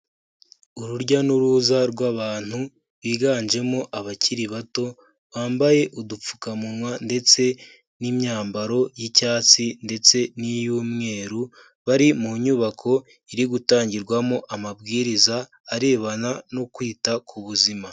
Urujya n'uruza rw'abantu biganjemo abakiri bato, bambaye udupfukamunwa ndetse n'imyambaro y'icyatsi ndetse n'iy'umweru, bari mu nyubako iri gutangirwamo amabwiriza arebana no kwita ku buzima.